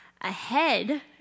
ahead